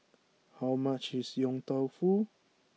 how much is Yong Tau Foo